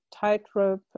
tightrope